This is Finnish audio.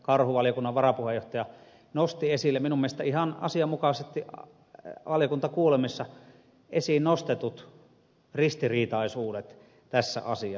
karhu valiokunnan varapuheenjohtaja nosti esille minun mielestäni ihan asianmukaisesti valiokuntakuulemisessa esiin nostetut ristiriitaisuudet tässä asiassa